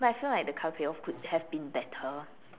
but I feel like the colour payoff could have been better